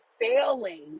failing